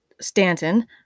Stanton